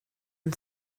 and